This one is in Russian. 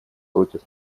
против